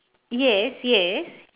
yes yes